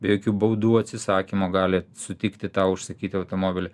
jokių baudų atsisakymo gali sutikti tau užsakyti automobilį